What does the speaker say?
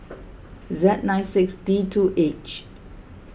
Z nine six D two H